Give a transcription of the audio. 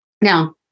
Now